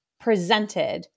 presented